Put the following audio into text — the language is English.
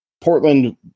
Portland